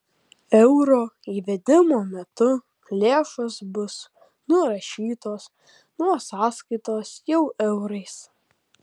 euro įvedimo metu lėšos bus nurašytos nuo sąskaitos jau eurais